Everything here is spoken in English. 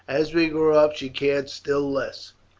as we grew up she cared still less,